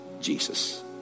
Jesus